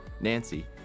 Nancy